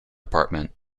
department